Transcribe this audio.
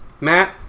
Matt